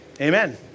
Amen